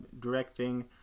directing